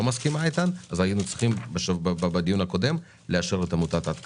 מסכימה איתן אז היינו צריכים בדיון הקודם לאשר את עמותת "עד כאן".